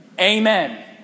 Amen